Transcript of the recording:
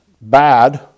bad